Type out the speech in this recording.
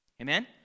Amen